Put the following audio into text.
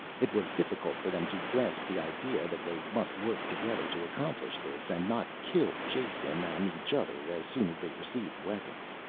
it was difficult for them to grasp the idea that they must work together to accomplish this and not kill jason and each other as soon as they received weapons.